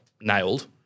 nailed